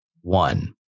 one